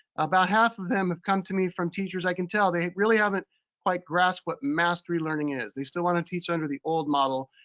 about half of them have come to me from teachers, i can tell, they really haven't quite grasped what mastery learning is. they still wanna teach under the old model.